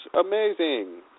amazing